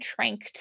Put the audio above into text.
tranked